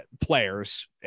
players